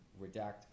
redact